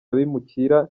abimukira